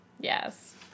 Yes